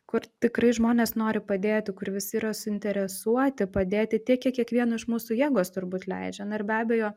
kur tikrai žmonės nori padėti kur visi yra suinteresuoti padėti tiek kiek kiekvieno iš mūsų jėgos turbūt leidžia na ir be abejo